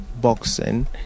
boxing